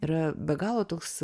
yra be galo toks